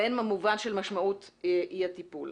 והן במובן של משמעות אי-הטיפול.